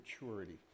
maturity